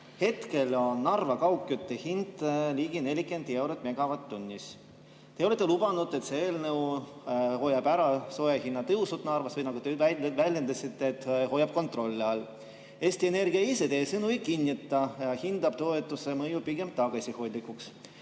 Hetkel on Narva kaugkütte hind ligi 40 eurot megavatt-tunnist. Te olete lubanud, et see eelnõu hoiab ära sooja kallinemise Narvas või, nagu te väljendasite, hoiab selle kontrolli all. Eesti Energia teie sõnu ei kinnita ja hindab toetuse mõju pigem tagasihoidlikuks.